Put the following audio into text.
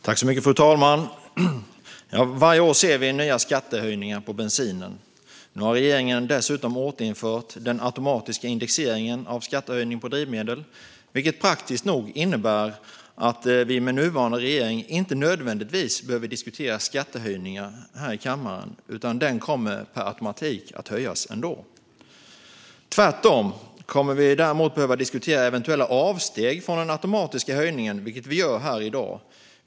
Fru talman! Varje år ser vi nya skattehöjningar på bensinen. Nu har regeringen dessutom återinfört den automatiska indexeringen av skattehöjning på drivmedel, vilket praktiskt nog innebär att vi med nuvarande regering inte nödvändigtvis behöver diskutera skattehöjningar på drivmedel här i kammaren, utan skatten kommer per automatik att höjas ändå. Tvärtom kommer vi att behöva diskutera eventuella avsteg från den automatiska höjningen, vilket vi gör här i dag.